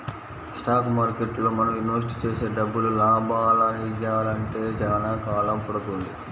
stock మార్కెట్టులో మనం invest చేసే డబ్బులు లాభాలనియ్యాలంటే చానా కాలం పడుతుంది